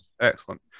Excellent